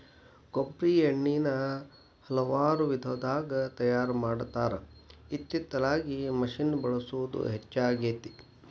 ಕೊಬ್ಬ್ರಿ ಎಣ್ಣಿನಾ ಹಲವಾರು ವಿಧದಾಗ ತಯಾರಾ ಮಾಡತಾರ ಇತ್ತಿತ್ತಲಾಗ ಮಿಷಿನ್ ಬಳಸುದ ಹೆಚ್ಚಾಗೆತಿ